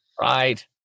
Right